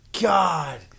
God